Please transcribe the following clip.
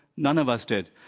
none of us did.